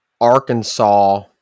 Arkansas